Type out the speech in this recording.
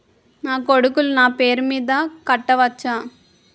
నా కొడుకులు నా పేరి మీద కట్ట వచ్చా?